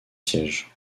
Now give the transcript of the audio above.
sièges